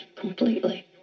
completely